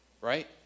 right